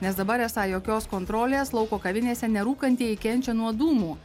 nes dabar esą jokios kontrolės lauko kavinėse nerūkantieji kenčia nuo dūmų